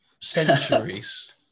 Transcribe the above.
centuries